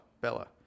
Bella